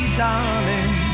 darling